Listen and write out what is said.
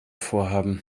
vorhaben